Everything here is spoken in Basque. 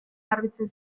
garbitzen